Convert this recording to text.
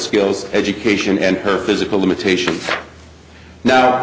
skills education and her physical limitations now